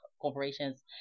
corporations